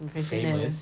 terkenal